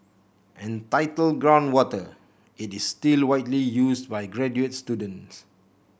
entitled Groundwater it is still widely used by graduate students